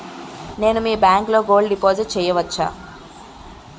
నేను మీ బ్యాంకులో గోల్డ్ డిపాజిట్ చేయవచ్చా?